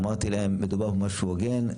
אמרתי שמדובר במשהו הוגן.